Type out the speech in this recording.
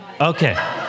Okay